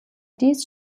dies